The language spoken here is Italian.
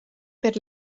per